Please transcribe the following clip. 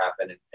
happen